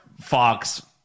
fox